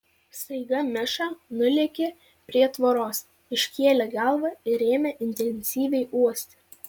staiga miša nulėkė prie tvoros iškėlė galvą ir ėmė intensyviai uosti